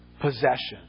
possession